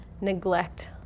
neglect